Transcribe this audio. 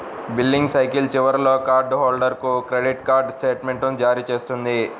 billing cycle చివరిలో card హోల్డర్కు credit card స్టేట్మెంట్ను జారీ చేస్తుంది